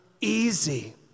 easy